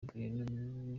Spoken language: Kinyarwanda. bintu